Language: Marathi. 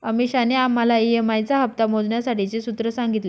अमीषाने आम्हाला ई.एम.आई चा हप्ता मोजण्यासाठीचे सूत्र सांगितले